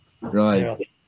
right